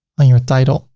on your title.